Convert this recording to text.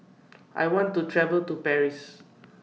I want to travel to Paris